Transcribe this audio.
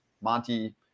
Monty